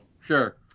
sure